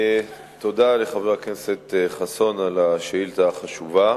תודה לחבר הכנסת חסון על השאילתא החשובה.